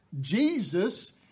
Jesus